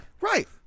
Right